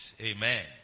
amen